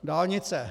Dálnice...